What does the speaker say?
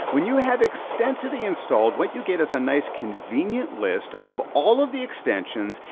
when you have extensity installed, what you get is a nice convenient list of all of the extensions,